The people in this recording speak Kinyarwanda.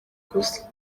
gusa